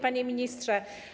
Panie Ministrze!